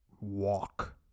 walk